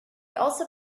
also